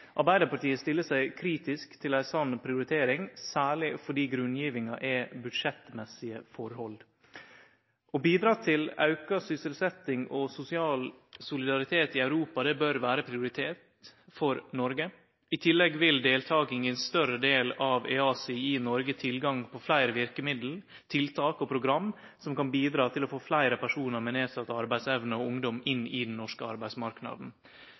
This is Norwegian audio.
Arbeidarpartiet stiller seg kritisk til ei sånn prioritering, særleg fordi grunngjevinga er budsjettmessige forhold. Å gjere sitt til auka sysselsetjing og sosial solidaritet i Europa bør vere ein prioritet for Noreg. I tillegg vil deltaking i ein større del av EaSI gje Noreg tilgang på fleire virkemiddel, tiltak og program som kan gjere sitt til å få fleire personar med nedsett arbeidsevne og ungdom inn på den norske arbeidsmarknaden.